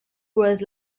was